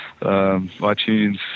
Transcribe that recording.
iTunes